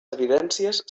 evidències